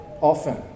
often